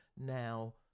now